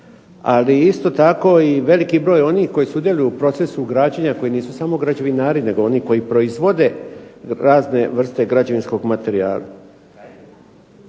Ali isto tako i veliki broj onih koji sudjeluju u procesu građenja, koji nisu samo građevinari, nego oni koji proizvode razne vrste građevinskog materijala.